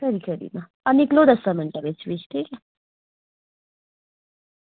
खरी खरी तां हां निकलो दस मिंट्टां बिच फ्ही खरी